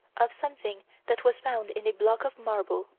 of something that was found in a block of marble,